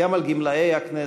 גם על גמלאי הכנסת,